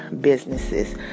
businesses